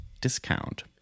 discount